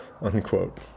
unquote